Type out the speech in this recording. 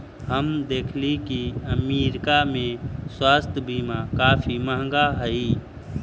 हम देखली की अमरीका में स्वास्थ्य बीमा काफी महंगा हई